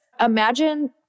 imagine